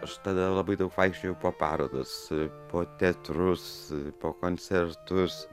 aš tada labai daug vaikščiojau po parodas po teatrus po koncertus